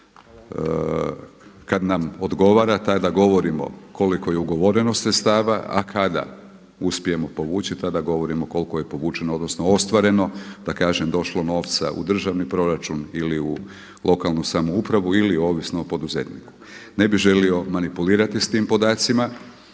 kada nam odgovara tada govorimo koliko je ugovoreno sredstava, a kada uspijemo povući tada govorimo koliko je povučeno odnosno ostvareno, da kažem došlo novca u državni proračun ili u lokalnu samoupravu ili ovisno o poduzetniku. Ne bih želio manipulirati sa tim podacima